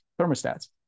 thermostats